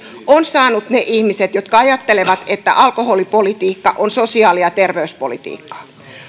on tehnyt ovat saaneet ne ihmiset jotka ajattelevat että alkoholipolitiikka on sosiaali ja terveyspolitiikkaa